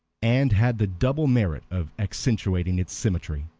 and had the double merit of accentuating its symmetry,